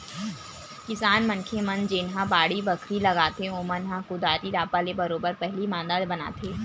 किसान मनखे मन जेनहा बाड़ी बखरी लगाथे ओमन ह कुदारी रापा ले बरोबर पहिली मांदा बनाथे